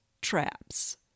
traps